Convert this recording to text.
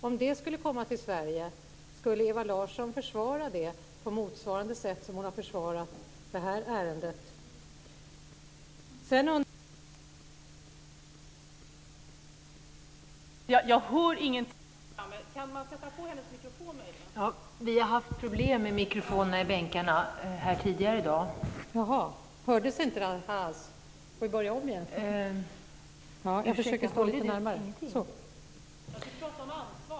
Om det skulle komma till Sverige, skulle Ewa Larsson försvara det på motsvarande sätt som hon har försvarat det här ärendet?